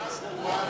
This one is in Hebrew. השר רמון,